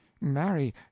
Marry